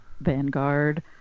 vanguard